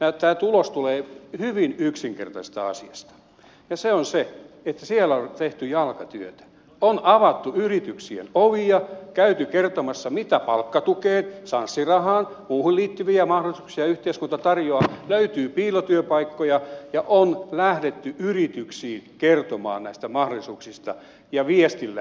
tämä tulos tulee hyvin yksinkertaisesta asiasta ja se on se että siellä on tehty jalkatyötä on avattu yrityksien ovia käyty kertomassa mitä palkkatukeen sanssi rahaan muuhun liittyviä mahdollisuuksia yhteiskunta tarjoaa löytyy piilotyöpaikkoja ja on lähdetty yrityksiin kertomaan näistä mahdollisuuksista viestillä